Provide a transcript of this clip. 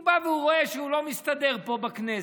הוא בא והוא רואה שהוא לא מסתדר פה בכנסת,